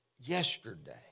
yesterday